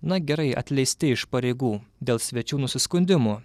na gerai atleisti iš pareigų dėl svečių nusiskundimų